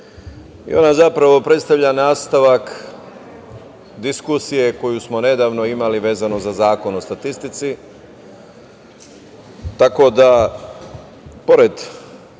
i ona zapravo predstavlja nastavak diskusije koju smo nedavno imali vezano za Zakon o statistici,